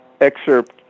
excerpt